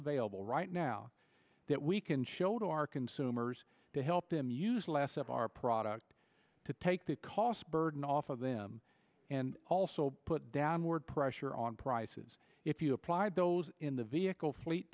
available right now that we can show to our consumers to help him use less of our product to take that cost burden off of them and also put downward pressure on prices if you apply those in the vehicle fleet